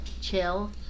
chill